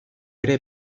ere